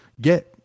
get